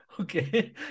Okay